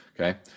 Okay